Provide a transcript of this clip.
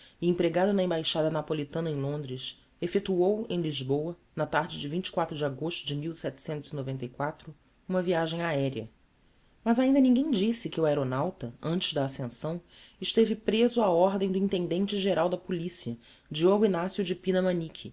empregado na embaixada napolitana em londres effectuou em lisboa na tarde de de agosto de uma viagem aerea mas ainda ninguem disse que o aeronauta antes da ascensão esteve preso á ordem do intendente geral da policia diogo ignacio de pina manique